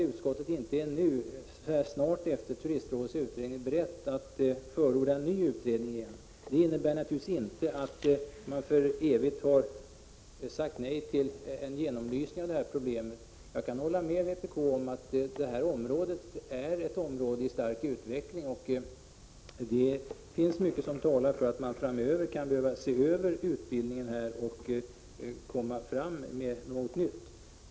Utskottet är inte nu, så snart efter Turistrådets utredning, berett att förorda en ny utredning. Det innebär naturligtvis inte att man för evigt har sagt nej till en genomlysning av problemen. Jag kan hålla med vpk om att det här området är i stark utveckling, och det finns mycket som talar för att man framöver kan behöva se över utbyggnaden och komma fram med något nytt.